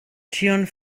ĉion